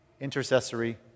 Intercessory